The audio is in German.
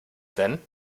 denn